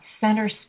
center